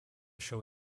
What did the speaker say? show